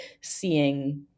seeing